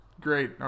Great